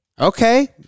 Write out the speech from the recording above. Okay